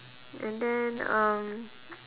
and then um